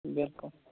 بِلکُل